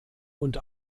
und